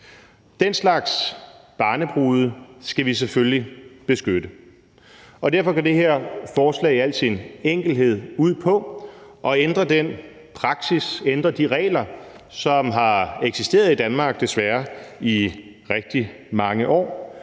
Den slags barnebrude skal vi selvfølgelig beskytte, og derfor går det her forslag i al sin enkelthed ud på at ændre den praksis og ændre de regler, som desværre har eksisteret i Danmark i rigtig mange år,